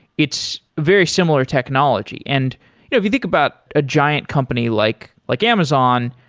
it's very similar technology. and if you think about a giant company like like amazon,